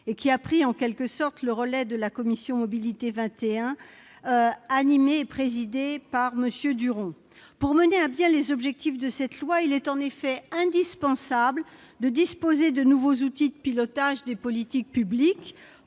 et qui a en quelque sorte pris le relais de la commission Mobilité 21, animée et présidée par M. Duron. Pour mener à bien les objectifs inscrits dans ce projet de loi, il est en effet indispensable de disposer de nouveaux outils de pilotage des politiques publiques,